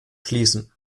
schließen